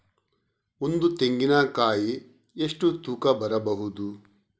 ಒಂದು ತೆಂಗಿನ ಕಾಯಿ ಎಷ್ಟು ತೂಕ ಬರಬಹುದು?